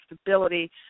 stability